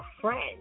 friend